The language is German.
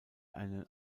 einen